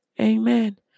Amen